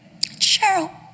Cheryl